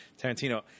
Tarantino